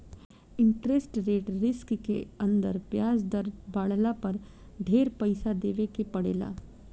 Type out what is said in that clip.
interest rate risk के अंदर ब्याज दर बाढ़ला पर ढेर पइसा देवे के पड़ेला